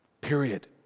period